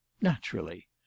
Naturally